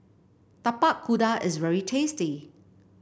Tapak Kuda is very tasty